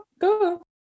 go